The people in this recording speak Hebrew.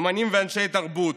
אומנים ואנשי תרבות,